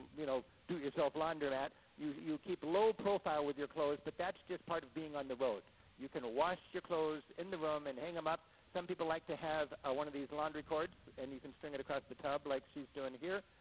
you know, do-it-yourself laundromat. you you keep a low profile with your clothes, but that's just part of being on the road. you can wash your clothes in the room and hang them up, some people like to have one of these laundry chords, and you can string it across the tub like she's doing here,